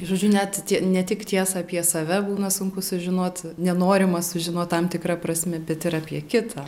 žodžiu net tie ne tik tiesą apie save būna sunku sužinot nenorima sužinot tam tikra prasme bet ir apie kitą